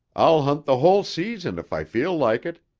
i'll hunt the whole season if i feel like it.